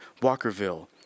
Walkerville